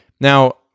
Now